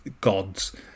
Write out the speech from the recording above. gods